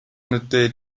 нүдээ